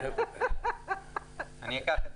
תודה רבה, אקח את